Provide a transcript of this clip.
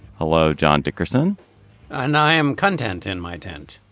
hello, john dickerson and i am content in my tent